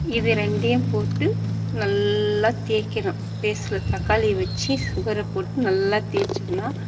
இது ரெண்டையும் போட்டு நல்லா தேய்க்கணும் பேஸ்ஸில் தக்காளியை வச்சி சுகரை போட்டு நல்லா தேச்சிகுனா